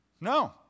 No